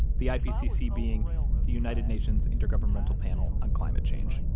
the ipcc being the united nations intergovernmental panel on climate change